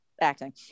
acting